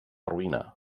ruïna